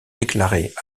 déclarés